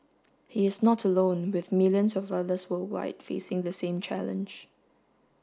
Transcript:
he is not alone with millions of others worldwide facing the same challenge